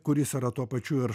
kuris yra tuo pačiu ir